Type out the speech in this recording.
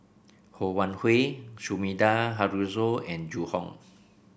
Ho Wan Hui Sumida Haruzo and Zhu Hong